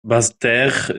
basseterre